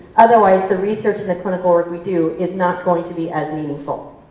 otherwise the research and the clinical work we do is not going to be as meaningful.